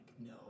no